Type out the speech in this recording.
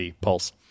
Pulse